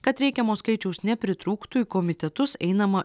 kad reikiamo skaičiaus nepritrūktų į komitetus einama